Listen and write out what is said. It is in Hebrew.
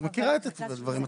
את מכירה את הדברים האלה.